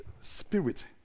spirit